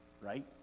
Right